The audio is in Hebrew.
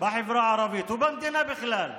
בחברה הערבית ובמדינה בכלל.